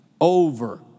Over